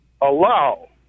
allow